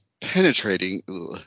penetrating